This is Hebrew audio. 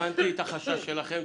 הבנתי את החשש שלכם.